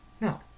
No